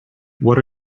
what